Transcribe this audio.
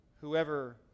Whoever